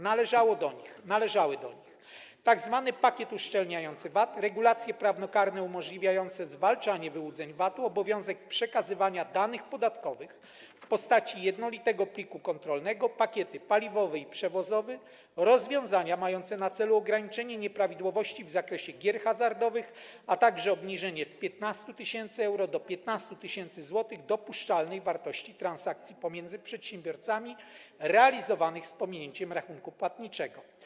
Należały do nich: tzw. pakiet uszczelniający VAT, regulacje prawnokarne umożliwiające zwalczanie wyłudzeń VAT, obowiązek przekazywania danych podatkowych w postaci jednolitego pliku kontrolnego, pakiety paliwowy i przewozowy, rozwiązania mające na celu ograniczenie nieprawidłowości w zakresie gier hazardowych, a także obniżenie z 15 tys. euro do 15 tys. zł dopuszczalnej wartości transakcji pomiędzy przedsiębiorcami realizowanych z pominięciem rachunku płatniczego.